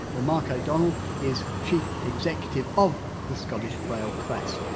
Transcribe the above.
well mark o'donnell is chief executive of the scottish braille press.